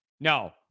no